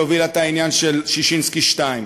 שהובילה את העניין של ששינסקי 2,